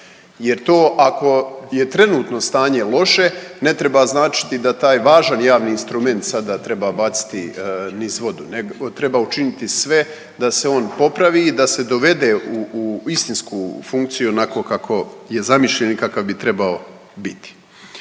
jer to ako je trenutno stanje loše ne treba značiti da taj važan javni instrument sada treba baciti niz vodu, nego treba učiniti sve da se on popravi i da se dovede u, u istinsku funkciju, onako kako je zamišljen i kakav bi trebao biti.